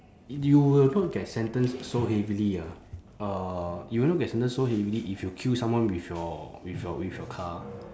you will not get sentenced so heavily ah uh you will not get sentenced so heavily if you kill someone with your with your with your car